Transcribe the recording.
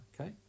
Okay